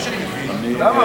למה,